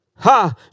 Ha